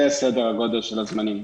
זה סדר הגודל של הזמנים.